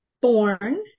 born